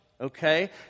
okay